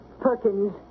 Perkins